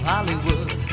Hollywood